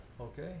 Okay